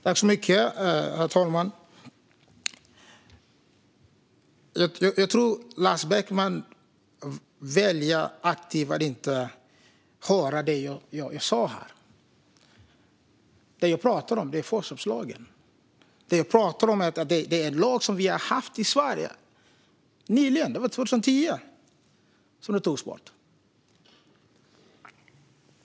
Herr talman! Jag tror att Lars Beckman aktivt väljer att inte höra det jag sa. Det jag pratar om är förköpslagen. Det jag pratar om är en lag som vi har haft i Sverige nyligen - den togs bort 2010.